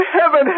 heaven